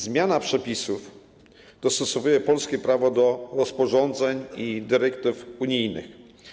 Zmiana przepisów dostosowuje polskie prawo do rozporządzeń i dyrektyw unijnych.